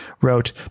wrote